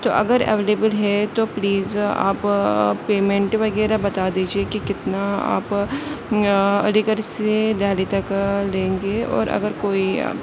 تو اگر اویلیبل ہے تو پلیز آپ پیمینٹ وغیرہ بتا دیجیے کہ کتنا آپ علی گڑھ سے دہلی تک لیں گے اور اگر کوئی